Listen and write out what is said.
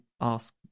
ask